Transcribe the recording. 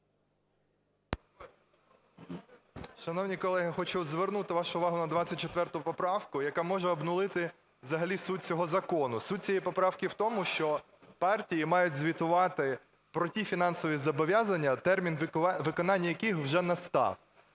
Шановні колеги, хочу звернути вашу увагу на 24 поправку, яка може обнулити взагалі суть цього закону. Суть цієї поправки в тому, що партії мають звітувати про ті фінансові зобов'язання, термін виконання яких вже настав.